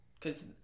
cause